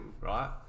Right